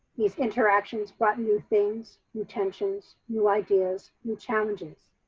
these interactions brought new things, new tensions, new ideas, new challenges.